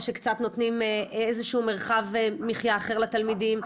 או שקצת נותנים איזשהו מרחב מחייה אחר לתלמידים.